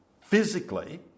physically